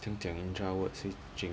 怎样讲 intra word switching